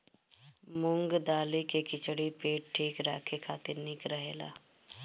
मूंग दाली के खिचड़ी पेट ठीक राखे खातिर निक रहेला